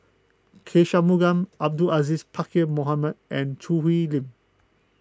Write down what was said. K Shanmugam Abdul Aziz Pakkeer Mohamed and Choo Hwee Lim